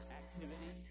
activity